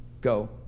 Go